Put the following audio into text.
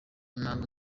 impamvu